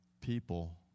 people